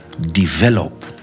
develop